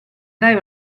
dai